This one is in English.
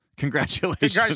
Congratulations